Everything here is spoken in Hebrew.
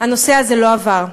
הנושא הזה לא עבר.